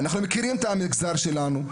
אנחנו מכירים את המגזר שלנו,